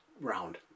round